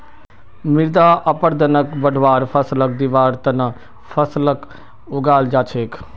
मृदा अपरदनक बढ़वार फ़सलक दिबार त न फसलक उगाल जा छेक